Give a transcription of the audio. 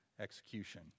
execution